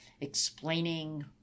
explaining